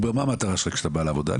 מה המטרה שלך כשאתה בא לעבודה?